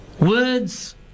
words